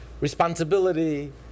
responsibility